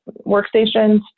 workstations